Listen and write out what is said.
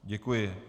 Děkuji.